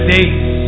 Days